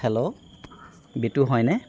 hello Bitu হয়নে